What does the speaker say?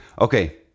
Okay